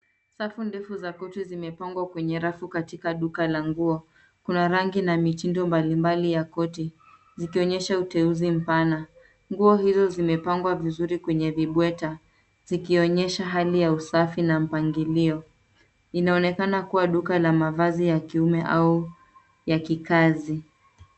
Safu ndefu za koti zimepangwa kwenye rafu katika duka la nguo. Kuna rangi na mitindo mbalimbali ya koti, zikionyesha uteuzi mpana. Nguo hizi zimepangwa vizuri kwenye vibweta, zikionyesha hali ya usafi na mpangilio. Inaonekana kuwa duka la mavazi ya kiume au ya kikazi.